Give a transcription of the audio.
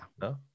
No